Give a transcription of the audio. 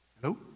Hello